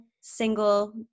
single